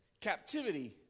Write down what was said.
captivity